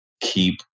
keep